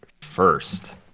first